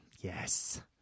yes